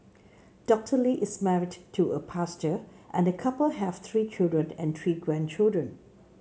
Doctor Lee is married to a pastor and the couple have three children and three grandchildren